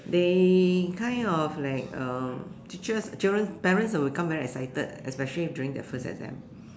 they kind of like um teachers children parents will become very excited especially during their first exam